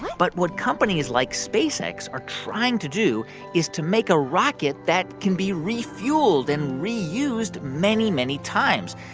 um but what companies like spacex are trying to do is to make a rocket that can be refueled and reused many, many times.